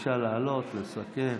בבקשה לעלות, לסכם.